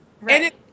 Right